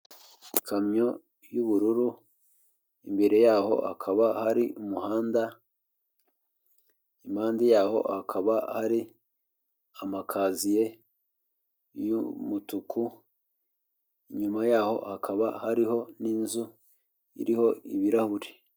Ikamyo y'ubururu imbere yaho hakaba hari umuhanda ,impande yaho akaba ari amakaziye y'umutuku inyuma yaho hakaba hariho n'inzu iriho ibirahuri.